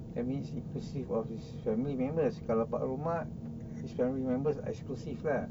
that means inclusive of his family members kalau kat rumah his family members exclusive lah